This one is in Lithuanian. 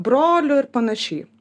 brolių ir panašiai